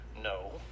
No